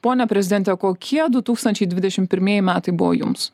pone prezidente kokie du tūkstančiai dvidešim pirmieji metai buvo jums